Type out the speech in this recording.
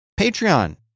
Patreon